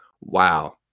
Wow